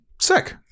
sick